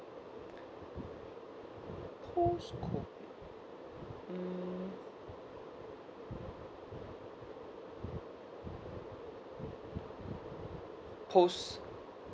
post-COVID mm post